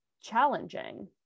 challenging